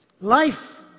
Life